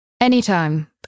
Anytime